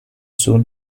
soon